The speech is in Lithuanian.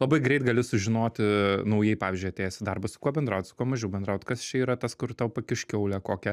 labai greit gali sužinoti naujai pavyzdžiui atėjęs į darbą su kuo bendraut su kuo mažiau bendraut kas čia yra tas kur tau pakiš kiaulę kokią